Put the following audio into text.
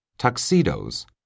Tuxedos